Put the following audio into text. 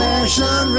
Fashion